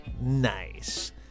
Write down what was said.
Nice